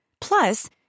Plus